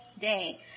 day